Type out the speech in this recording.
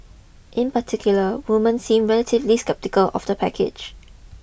in particular women seem relatively sceptical of the package